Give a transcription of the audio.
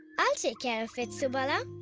i'll take care of it, subala,